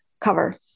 cover